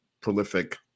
prolific